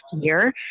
year